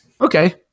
Okay